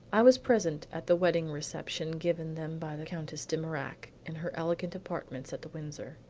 i was present at the wedding-reception given them by the countess de mirac in her elegant apartments at the windsor.